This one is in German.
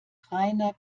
reiner